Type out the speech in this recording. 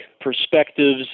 perspectives